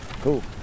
Cool